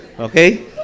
Okay